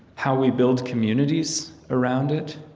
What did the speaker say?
how we build communities around it?